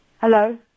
Hello